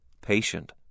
patient